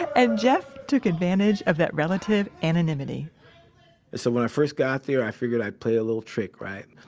and jeff took advantage of that relative anonymity so when i first got there, i figured i'd play a little trick, right?